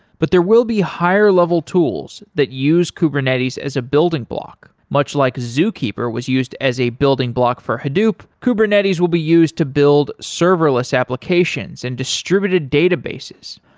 but there will be higher-level tools that use kubernetes as a building block, much like zookeeper was used as a building block for hadoop, kubernetes will be used to build serverless applications and distributed databases.